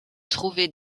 trouver